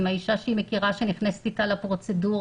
עם האישה שהיא מכירה שנכנסת איתה לפרוצדורה.